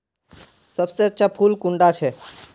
सबसे अच्छा फुल कुंडा छै?